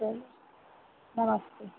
चलो नमस्ते